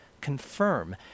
confirm